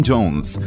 Jones